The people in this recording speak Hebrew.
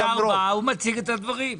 שר בא, הוא מציג את הדברים.